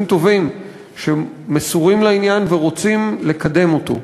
טובים שמסורים לעניין ורוצים לקדם אותו,